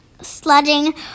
sludging